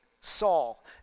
Saul